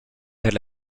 per